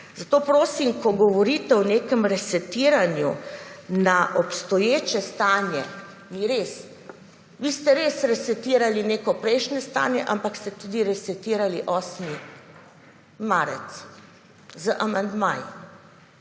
Zato prosim, ko govorite o nekem resetiranju na obstoječe stanje, ni res, vi ste res resetirali neko prejšnje stanje, ampak ste tudi resetirali 8. marec z amandmaji,